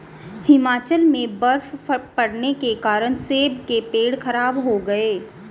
हिमाचल में बर्फ़ पड़ने के कारण सेब के पेड़ खराब हो गए